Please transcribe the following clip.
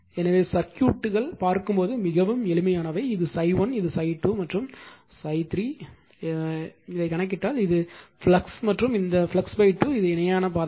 எனவே சர்க்யூட்டுகள் பார்க்கும்போது மிகவும் எளிமையானவை இது ∅1 இது ∅2 மற்றும் இது ∅3 என்று கணக்கிட்டால் இது ஃப்ளக்ஸ் மற்றும் இந்த ஃப்ளக்ஸ் 2 இது இணையான பாதை